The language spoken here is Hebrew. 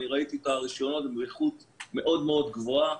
ראיתי את הרישיונות, הם באיכות מאוד מאוד גבוהה.